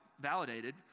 validated